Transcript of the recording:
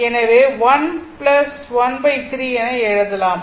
எனவே 1 1 3 என எழுதலாம்